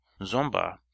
Zomba